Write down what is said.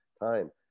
time